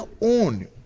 own